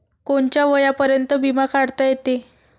कोनच्या वयापर्यंत बिमा काढता येते?